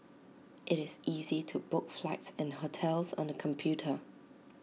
IT is easy to book flights and hotels on the computer